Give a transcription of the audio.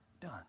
done